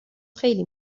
خیلی